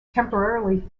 temporarily